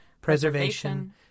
preservation